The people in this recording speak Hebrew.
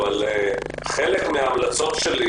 חלק מן ההמלצות שלי